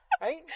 Right